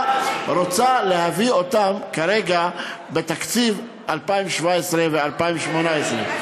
רוצה להביא כרגע בתקציב 2017 ו-2018.